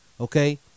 Okay